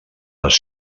les